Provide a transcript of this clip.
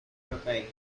repaired